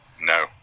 No